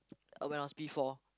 when I was P-four